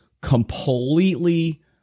completely